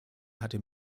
hatte